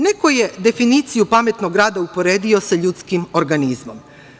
Neko je definiciju pametnog grada uporedio sa ljudskim organizmom.